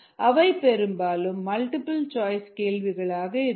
அவை பெரும்பாலும் multiple choice கேள்விகளாக இருக்கும்